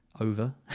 over